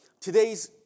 Today's